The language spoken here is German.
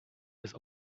ist